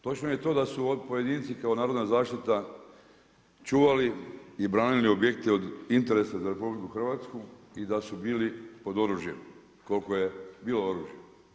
Točno je to da su pojedinci i kao narodna zaštita čuvali i branili objekte od interesa za RH i da su bili pod oružjem, koliko je bilo oružja.